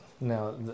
Now